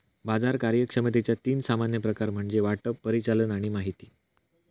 बाजार कार्यक्षमतेचा तीन सामान्य प्रकार म्हणजे वाटप, परिचालन आणि माहिती